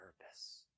purpose